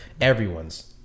everyone's